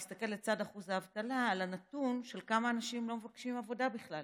להסתכל לצד אחוז האבטלה על הנתון של כמה אנשים לא מבקשים עבודה בכלל